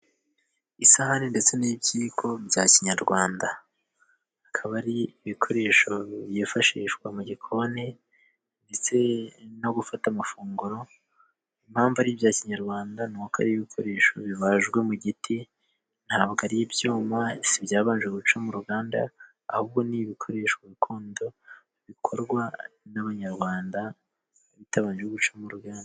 Isahani ndetse n'ikiyiko bya Kinyarwanda ,akaba ari ibikoresho byifashishwa mu gikoni ,ndetse no gufata amafunguro , impamvu ari bya Kinyarwanda ni uko ari ibikoresho bibajwe mu giti, ntabwo ari ibyuma nti byabanje guca mu ruganda ,ahubwo ni ibikoresho gakondo bikorwa n'abanyarwanda bitabanje guca mu ruganda.